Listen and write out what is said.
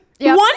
One